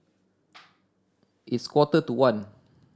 its quarter to one